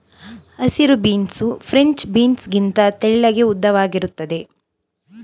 ಹಸಿರು beans French beans ಗಿಂತ ತೆಳ್ಳಗೆ ಉದ್ದವಾಗಿರುತ್ತದೆ